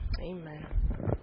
Amen